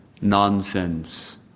Nonsense